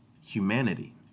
humanity